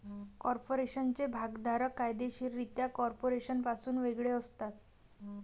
कॉर्पोरेशनचे भागधारक कायदेशीररित्या कॉर्पोरेशनपासून वेगळे असतात